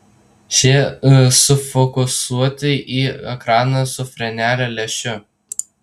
šie sufokusuoti į ekraną su frenelio lęšiu